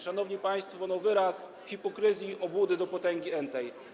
Szanowni państwo, wyraz hipokryzji, obłudy do potęgi entej.